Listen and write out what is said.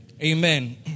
Amen